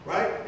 Right